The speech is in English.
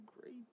great